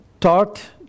taught